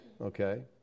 okay